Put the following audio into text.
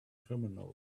criminals